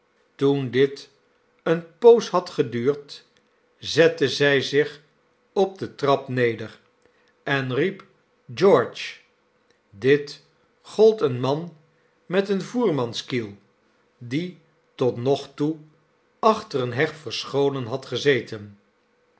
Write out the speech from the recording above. toen dit eene poos had geduurd zette zij zich op de trap neder en riep george dit gold een man met een voermanskiel die tot nog toe achter eene heg verscholen had gezeten